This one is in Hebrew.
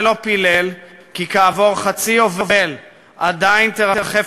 ולא פילל כי כעבור חצי יובל עדיין תרחף